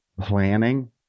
planning